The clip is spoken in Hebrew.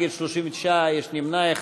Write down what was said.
בעד ההסתייגות, 27, נגד, 39, יש נמנע אחד.